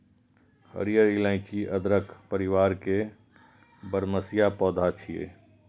हरियर इलाइची अदरक परिवार के बरमसिया पौधा छियै